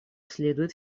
следует